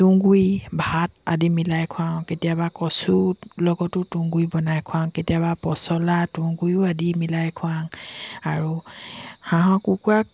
তুঁহ গুৰি ভাত আদি মিলাই খুৱাওঁ কেতিয়াবা কচু লগতো তুঁহ গুৰি বনাই খুৱাওঁ কেতিয়াবা পচলা তুঁহ গুৰিও আদি মিলাই খুৱাওঁ আৰু হাঁহৰ কুকুৰাক